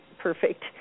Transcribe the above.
perfect